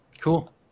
Cool